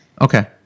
Okay